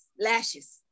Lashes